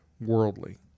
worldly